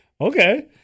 okay